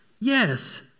Yes